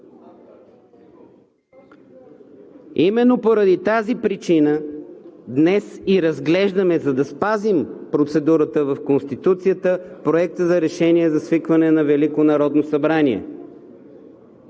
Именно поради тази причина днес разглеждаме, за да спазим процедурата в Конституцията, Проекта на решение за свикване на Велико народно събрание.